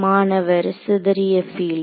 மாணவர் சிதறிய பீல்டு